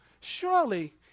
Surely